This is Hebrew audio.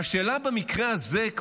והשאלה במקרה הזה,